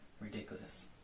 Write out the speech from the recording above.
ridiculous